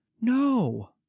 No